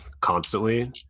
constantly